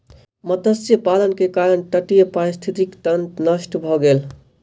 मत्स्य पालन के कारण तटीय पारिस्थितिकी तंत्र नष्ट भ गेल